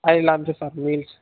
అవి lunch sir meals